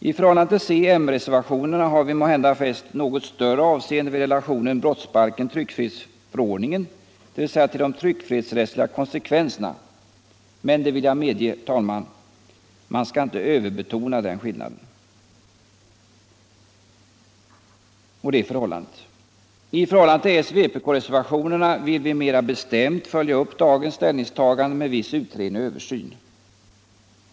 I förhållande till coch m-reservationerna har vi måhända fäst något större avseende vid relationen brottsbalken-tryckfrihetsförordningen, dvs. till de tryckfrihetsrättsliga konsekvenserna, men jag vill samtidigt framhålla, herr talman, att vi inte bör överbetona den skillnaden. I förhållande till soch vpk-reservationerna vill vi mera bestämt följa upp dagens ställningstagande med viss utredning och översyn.